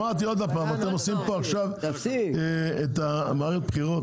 אתם עושים עכשיו מערכת בחירות?